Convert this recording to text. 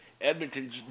Edmonton